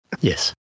Yes